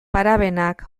parabenak